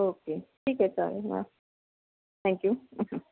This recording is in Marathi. ओके ठीक आहे चालेल हां थँक यू